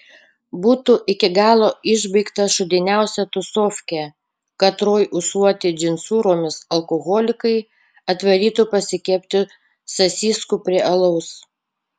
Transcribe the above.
būtų iki galo išbaigta šūdiniausia tūsofkė katroj ūsuoti džinsūromis alkoholikai atvarytų pasikepti sasyskų prie alaus